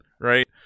right